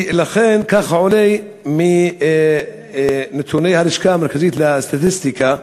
כך עולה מנתוני הלשכה המרכזית לסטטיסטיקה.